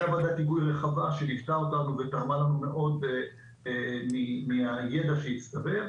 הייתה ועדת היגוי רחבה שליוותה אותנו ותרמה לנו מאוד מהידע שהצטבר.